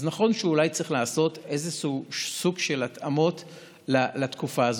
אז נכון שאולי צריכים לעשות איזשהו סוג של התאמות לתקופה הזאת.